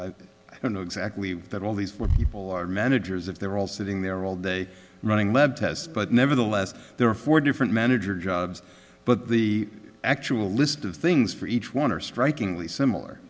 i don't know exactly that all these four people are managers if they're all sitting there all day running lab tests but nevertheless there are four different manager jobs but the actual list of things for each one are strikingly similar